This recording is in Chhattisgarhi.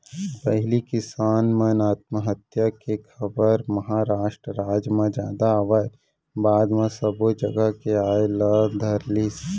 पहिली किसान मन के आत्महत्या के खबर महारास्ट राज म जादा आवय बाद म सब्बो जघा के आय ल धरलिस